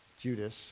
Judas